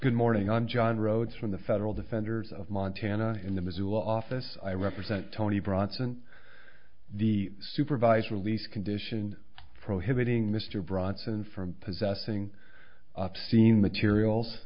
good morning i'm john rhodes from the federal defenders of montana in the missoula office i represent tony bronson the supervised release condition prohibiting mr bronson from possessing obscene materials